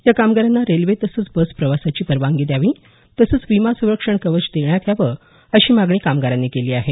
या कामगारांना रेल्वे तसंच बस प्रवासाची परवानगी द्यावी तसंच विमा संरक्षण कवच देण्यात यावं अशी मागणी कामगारांनी केली आहे